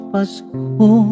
Pasko